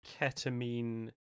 ketamine